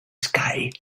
sky